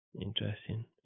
Interesting